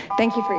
thank you